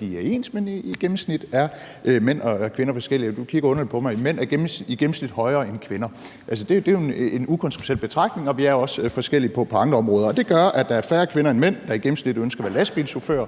de ikke er ens, gennemsnitligt set er mænd og kvinder forskellige – nu kigger du underligt på mig. Mænd er i gennemsnit højere end kvinder – det er en ukontroversiel betragtning – og vi er også forskellige på andre områder, og det gør, at der i gennemsnit er færre kvinder end mænd, der ønsker at være lastbilchauffør,